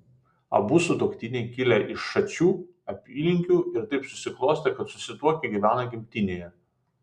abu sutuoktiniai kilę iš šačių apylinkių ir taip susiklostė kad susituokę gyvena gimtinėje